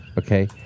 Okay